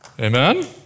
Amen